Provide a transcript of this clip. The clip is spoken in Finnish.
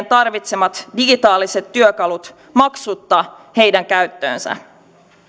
tarvitsemat digitaaliset työkalut maksutta heidän käyttöönsä